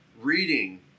Reading